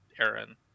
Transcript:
Aaron